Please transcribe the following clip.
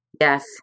yes